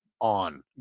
on